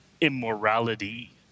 immorality